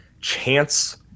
chance